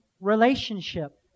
relationship